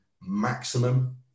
maximum